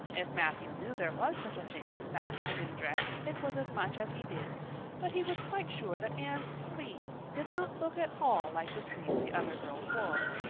if matthew knew there was such a thing as fashion in dress it was as much as he did but he was quite sure that anne's sleeves did not look at all like the sleeves the other girls wore.